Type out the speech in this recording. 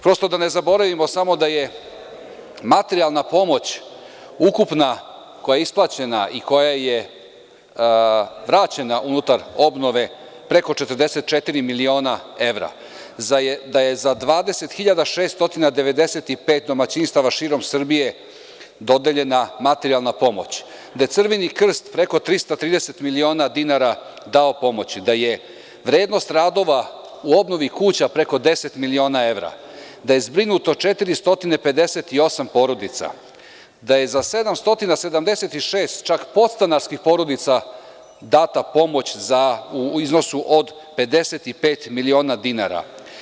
Prosto da ne zaboravimo samo da je materijalna pomoć ukupna koja je isplaćena i koja je vraćena unutar obnove preko 44 miliona evra, da je za 20.695 domaćinstava širom Srbije dodeljena materijalna pomoć, da je Crveni Krst preko 330 miliona dinara dao pomoći, da je vrednost radova u obnovi kuća preko 10 miliona evra, da je zbrinuto 458 porodica, da je za 776 čak podstanarskih porodica data pomoć u iznosu od 55 miliona dinara.